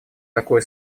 такое